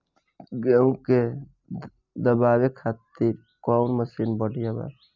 गेहूँ के दवावे खातिर कउन मशीन बढ़िया होला?